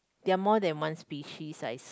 there are more than one species I saw